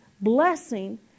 blessing